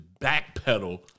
backpedal